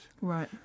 right